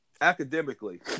academically